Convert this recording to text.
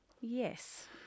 Yes